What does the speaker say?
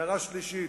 הערה שלישית,